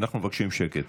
אנחנו מבקשים שקט.